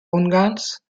ungarns